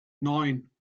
neun